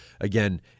again